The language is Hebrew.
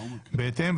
בהתאם,